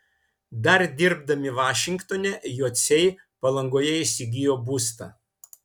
dar dirbdami vašingtone jociai palangoje įsigijo būstą